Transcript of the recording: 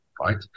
Right